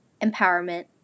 empowerment